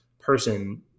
person